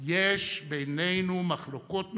שיש בינינו מחלוקות נוקבות,